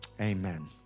amen